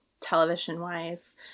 television-wise